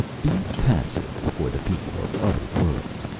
be passive before the people of other worlds!